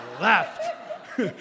left